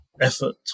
effort